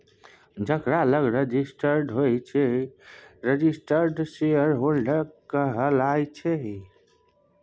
जकरा लग registered share होइ छै रजिस्टर्ड शेयरहोल्डर कहाइ छै